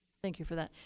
thank you for that.